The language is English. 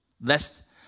lest